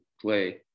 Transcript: play